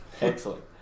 Excellent